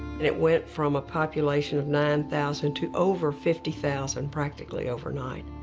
and it went from a population of nine thousand to over fifty thousand practically overnight.